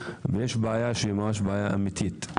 יש בעיה שהיא ממש בעיה אמיתית.